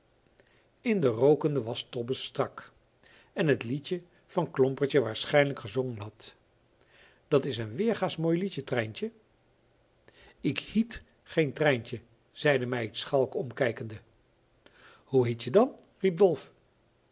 in de rookende waschtobbe stak en het liedje van klompertje waarschijnlijk gezongen had dat's een weergaasch mooi liedje trijntje ik hiet geen trijntje zei de meid schalk omkijkende hoe hietje dan riep